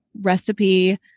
recipe